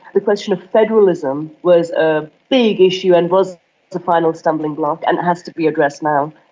the question of federalism was a big issue and was the final stumbling block and it has to be addressed now.